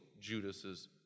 Judas's